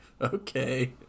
Okay